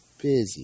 busy